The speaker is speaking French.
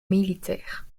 militaires